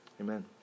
Amen